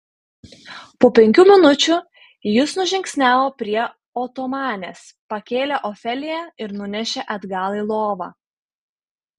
po penkių minučių jis nužingsniavo prie otomanės pakėlė ofeliją ir nunešė atgal į lovą